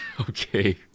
okay